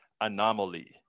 anomaly